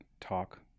talk